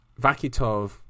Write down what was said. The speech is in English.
Vakitov